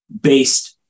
based